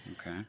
Okay